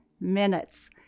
minutes